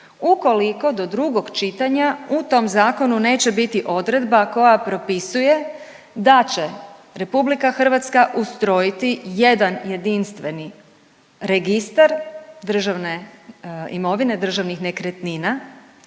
ukoliko do drugog čitanja u tom zakonu neće biti odredba koja propisuje da će RH ustrojiti jedan jedinstveni Registar državne imovine i državnih nekretnina